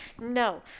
no